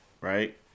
right